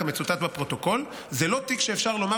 כמצוטט בפרוטוקול: 'זה לא תיק שאפשר לומר